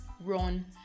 run